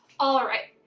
all right.